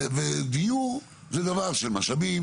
ודיור זה דבר של משאבים.